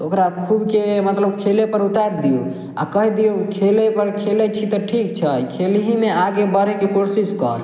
तऽ ओकरा खूबके मतलब खेलय पर उतारि दियौ आओर कहि दियौ खेलयपर खेलय छी तऽ ठीक छै खेलहीमे आगे बढ़यके कोशिश कर